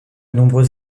nombreux